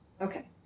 Okay